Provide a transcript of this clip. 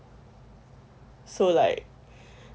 so like